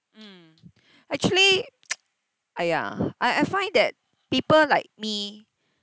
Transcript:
mm actually !aiya! I I find that people like me